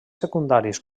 secundaris